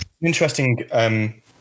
Interesting